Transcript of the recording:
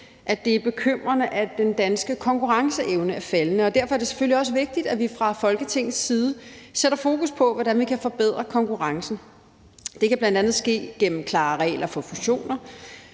at det er bekymrende, at den danske konkurrenceevne er faldende, og derfor er det selvfølgelig også vigtigt, at vi fra Folketingets side sætter fokus på, hvordan vi kan forbedre konkurrencen. Det kan bl.a. ske gennem klare regler for fusioner,